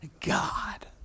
God